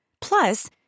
Plus